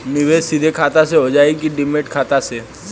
निवेश सीधे खाता से होजाई कि डिमेट खाता से?